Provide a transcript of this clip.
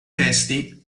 testi